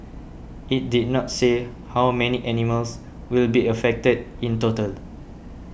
it did not say how many animals will be affected in total